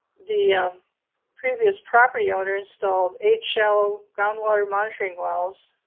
the previous property owner installed eight shallow groundwater monitoring wells,